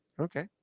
Okay